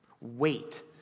Wait